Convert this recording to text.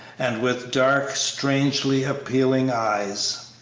and with dark, strangely appealing eyes.